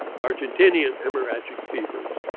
argentinian hemorrhagic fevers.